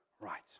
Right